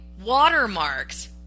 watermarks